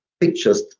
pictures